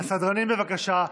הסדרנים, בבקשה,